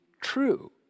true